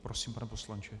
Prosím, pane poslanče.